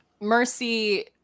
Mercy